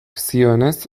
zioenez